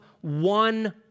one